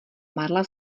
marla